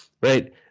Right